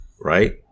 right